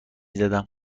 زدم